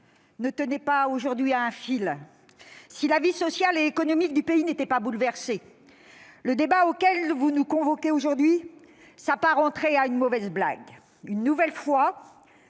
ne tenait pas aujourd'hui à un fil, si la vie sociale et économique du pays n'était pas bouleversée, le débat auquel vous nous convoquez aujourd'hui s'apparenterait à une mauvaise blague. Une nouvelle fois,